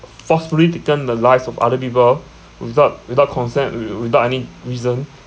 forcefully taken the lives of other people without without consent wi~ wi~ without any reason